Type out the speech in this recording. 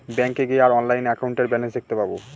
ব্যাঙ্কে গিয়ে আর অনলাইনে একাউন্টের ব্যালান্স দেখতে পাবো